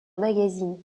magazine